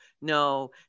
no